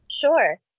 Sure